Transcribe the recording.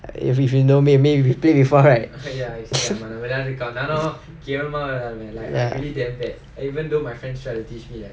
you should know me play before right